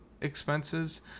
expenses